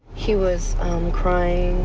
he was crying.